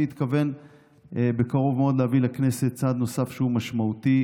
אני מתכוון בקרוב מאוד להביא לכנסת צעד נוסף שהוא משמעותי,